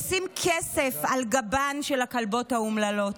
עושים כסף על גבן של הכלבות האומללות.